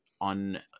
on